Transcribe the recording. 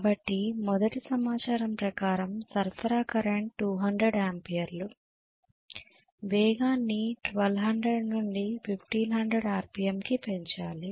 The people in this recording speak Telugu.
కాబట్టి మొదటి సమాచారం ప్రకారం సరఫరా కరెంట్ 200 ఆంపియర్లు వేగాన్ని 1200 నుండి 1500 ఆర్పిఎమ్ కి పెంచాలి